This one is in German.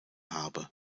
habe